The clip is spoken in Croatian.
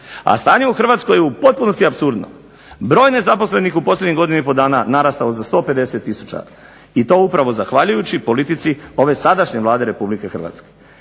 a stanje u Hrvatskoj je u potpunosti apsurdno. Broj nezaposlenih u posljednjih je godinu i pol dana narastao za 150 tisuća, i to upravo zahvaljujući politici ove sadašnje Vlade Republike Hrvatske.